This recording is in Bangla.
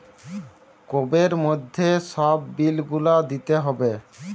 কোবের মধ্যে সব বিল গুলা দিতে হবে